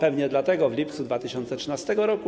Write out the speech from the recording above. Pewnie dlatego w lipcu 2013 r.